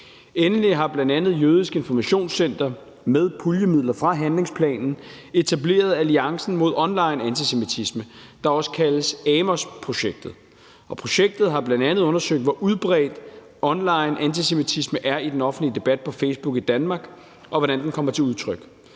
Endelig har bl.a. Jødisk Informationscenter med puljemidler fra handlingsplanen etableret Alliancen mod online antisemitisme, der også kaldes AMOS-projektet. Projektet har bl.a. undersøgt, hvor udbredt onlineantisemitisme er i den offentlige debat på Facebook i Danmark, og hvordan den kommer til udtryk.